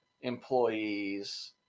employees